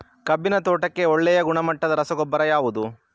ಕಬ್ಬಿನ ತೋಟಕ್ಕೆ ಒಳ್ಳೆಯ ಗುಣಮಟ್ಟದ ರಸಗೊಬ್ಬರ ಯಾವುದು?